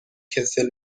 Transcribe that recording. کسل